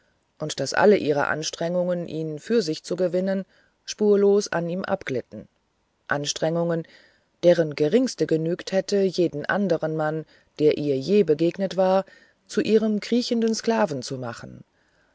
und daß alle ihre anstrengungen ihn für sich zu gewinnen spurlos an ihm abglitten anstrengungen deren geringste genügt hätte jeden anderen mann der ihr je begegnet war zu ihrem kriechenden sklaven zu machen